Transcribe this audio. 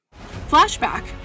Flashback